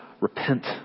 repent